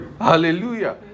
Hallelujah